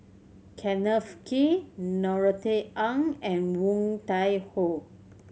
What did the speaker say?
Kenneth Kee Norothy Ng and Woon Tai Ho